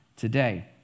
today